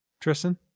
Tristan